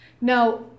Now